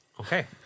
Okay